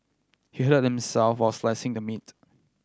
he hurt himself while slicing the meat